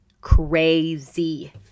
crazy